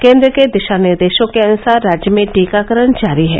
केन्द्र के दिशानिर्देशों के अनुसार राज्य में टीकाकरण जारी है